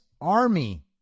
Army